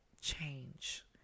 change